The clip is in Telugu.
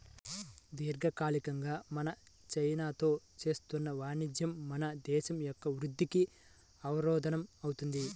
దీర్ఘకాలికంగా మనం చైనాతో చేస్తున్న వాణిజ్యం మన దేశం యొక్క వృద్ధికి అవరోధం అవుతుంది